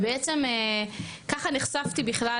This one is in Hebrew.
ובעצם ככה נחשפתי בכלל